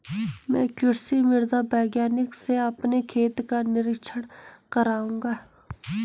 मैं कृषि मृदा वैज्ञानिक से अपने खेत का निरीक्षण कराऊंगा